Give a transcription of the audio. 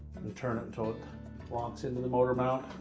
and turn it until it locks into the motor mount,